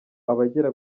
abagera